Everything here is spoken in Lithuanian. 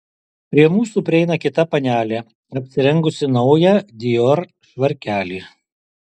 prie mūsų prieina kita panelė apsirengusi naują dior švarkelį